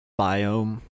biome